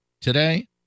today